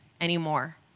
anymore